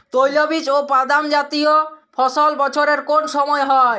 তৈলবীজ ও বাদামজাতীয় ফসল বছরের কোন সময় হয়?